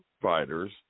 fighters